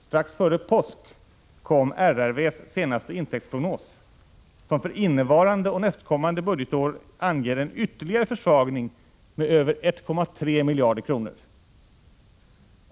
Strax före påsk kom RRV:s senaste intäktsprognos, som för innevarande och nästkommande budgetår anger en ytterligare försvagning med över 1,3 miljarder kronor.